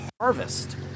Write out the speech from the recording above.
harvest